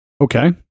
Okay